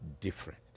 different